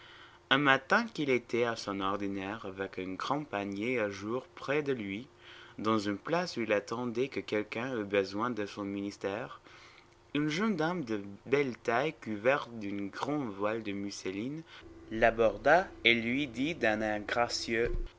un matin qu'il était à son ordinaire avec un grand panier à jour près de lui dans une place où il attendait que quelqu'un eût besoin de son ministère une jeune dame de belle taille couverte d'un grand voile de mousseline l'aborda et lui dit d'un air gracieux